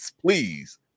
Please